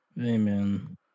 Amen